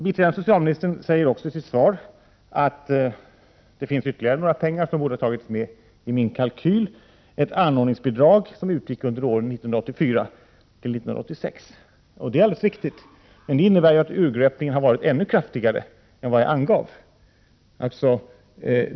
Biträdande socialministern säger också i sitt svar att ytterligare medel borde ha tagits med i min kalkyl, ett anordningsbidrag som utbetalades under åren 1984-1986. Det är alldeles riktigt, men det innebär ju att urgröpningen har varit ännu kraftigare än vad jag angav.